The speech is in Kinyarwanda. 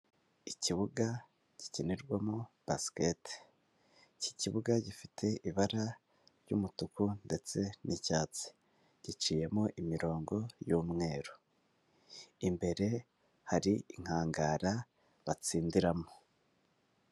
Ikibuga gikinirwamo basikete, iki kibuga gifite ibara ry'umutuku ndetse n'icyatsi, giciyemo imirongo y'umweru, imbere hari inkangara batsindiramo.